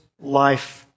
life